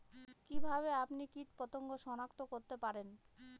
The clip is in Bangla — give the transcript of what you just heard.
কিভাবে আপনি কীটপতঙ্গ সনাক্ত করতে পারেন?